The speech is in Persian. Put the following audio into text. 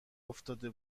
افتاده